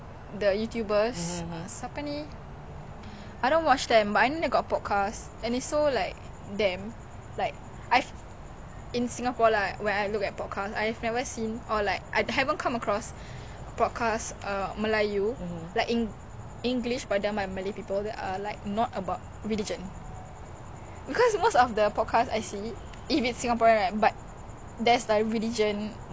like not about religion because most of the podcast I see if it's singaporean right there's like religion aspect to it maybe if you want to start then you start ah then you have that you occupy that spot but I don't know err malay podcast usually talk about agama like a lot of it